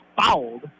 fouled